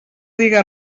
diga